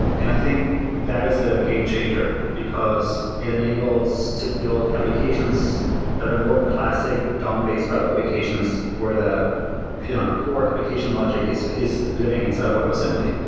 and i think that is a game changer, because it enables to build applications that are more classic dom-based web applications where the yeah core application logic is is living inside of web assembly.